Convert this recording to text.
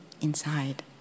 inside